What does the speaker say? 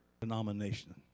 denomination